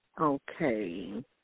Okay